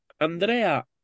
Andrea